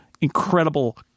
incredible